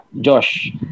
Josh